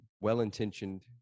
well-intentioned